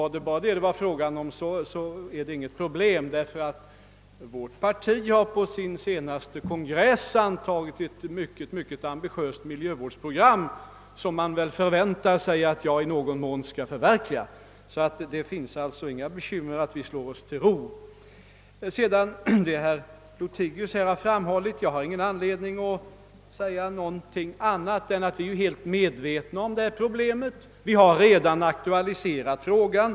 Det är heller inget problem, eftersom vårt parti på sin senaste kongress antagit ett mycket ambitiöst naturvårdsprogram, som jag väl förväntas i någon mån skola förverkliga. Det finns alltså ingen anledning att befara att vi skall slå oss till ro. Till herr Lothigius har jag inte anledning att säga annat än att vi är helt medvetna om det problem han tog upp. Vi har redan aktualiserat frågan.